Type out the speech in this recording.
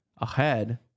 ahead